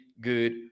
good